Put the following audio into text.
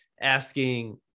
asking